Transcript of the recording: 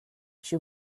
she